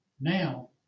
Now